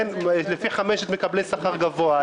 לפי חמשת מקבלי השכר הגבוה,